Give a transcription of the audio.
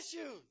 issues